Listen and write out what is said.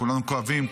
כולנו כואבים,